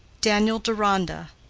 daniel deronda,